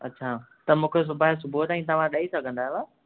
अच्छा त मूंखे सुभाणे सुबुह ताईं तव्हां ॾेई सघंदा आहियो